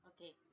Okay